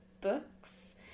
Books